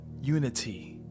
unity